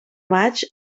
maig